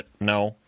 No